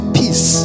peace